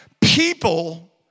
People